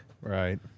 Right